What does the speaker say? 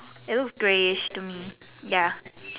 it looks greyish to me ya